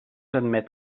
admet